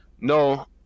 No